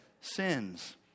sins